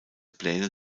pläne